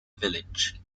village